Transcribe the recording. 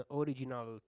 original